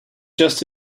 just